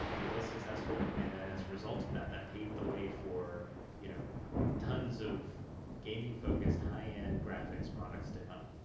it was successful, and then as a result of that, that paved the way for you know tons of gaming-focused high-end graphics products to come.